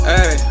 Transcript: Hey